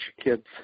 kids